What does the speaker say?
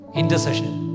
intercession